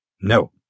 No